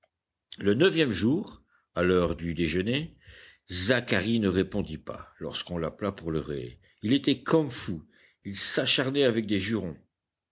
le neuvième jour à l'heure du déjeuner zacharie ne répondit pas lorsqu'on l'appela pour le relais il était comme fou il s'acharnait avec des jurons